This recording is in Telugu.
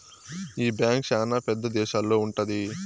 ఈ బ్యాంక్ శ్యానా పెద్ద దేశాల్లో ఉంటది